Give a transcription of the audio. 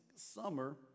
summer